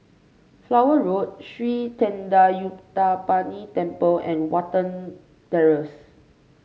Flower Road Sri Thendayuthapani Temple and Watten Terrace